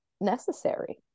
necessary